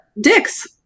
dicks